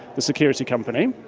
the security company.